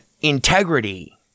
integrity